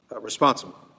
responsible